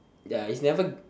ya it's never